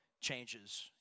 changes